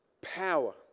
power